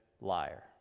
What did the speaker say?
liar